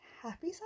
happy